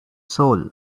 soul